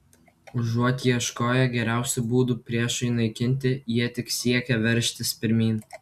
užuot ieškoję geriausių būdų priešui naikinti jie tik siekė veržtis pirmyn